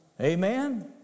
Amen